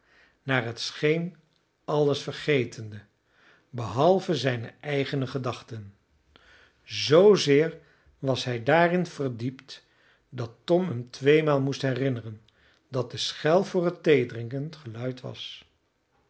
naar het scheen alles vergetende behalve zijne eigene gedachten zoozeer was hij daarin verdiept dat tom hem tweemaal moest herinneren dat de schel voor het theedrinken geluid was